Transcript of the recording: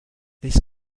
this